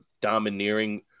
domineering